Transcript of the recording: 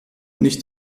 nicht